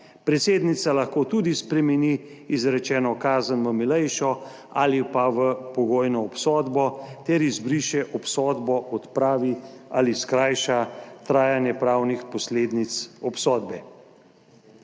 Predsednica lahko tudi spremeni izrečeno kazen v milejšo ali pa v pogojno obsodbo ter izbriše obsodbo, odpravi ali skrajša trajanje pravnih posledic obsodbe.